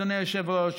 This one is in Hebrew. אדוני היושב-ראש,